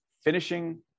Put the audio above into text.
Finishing